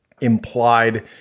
implied